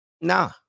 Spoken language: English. nah